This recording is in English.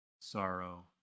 sorrow